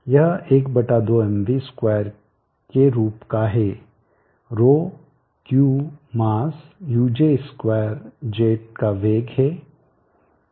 यह 12 mv2 के रूप का है ρQ मास uj2 जेट का वेग है